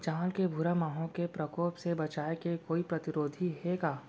चांवल के भूरा माहो के प्रकोप से बचाये के कोई प्रतिरोधी हे का?